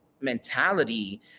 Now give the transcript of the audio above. mentality